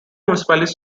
municipalities